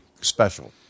special